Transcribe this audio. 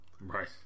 right